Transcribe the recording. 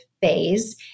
phase